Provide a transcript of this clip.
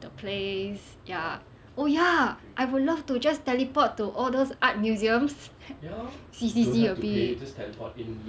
the place ya oh ya I would love to just teleport to all those art museums see see see a bit